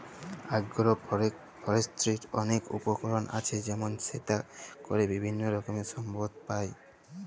আগ্র ফরেষ্ট্রীর অলেক উপকার আছে যেমল সেটা ক্যরে বিভিল্য রকমের সম্পদ পাই